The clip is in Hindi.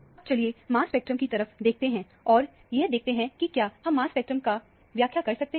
अब चलिए मास स्पेक्ट्रम की तरफ देखते हैं और यह देखते हैं कि क्या हम मास स्पेक्ट्रम का व्याख्या कर पाते हैं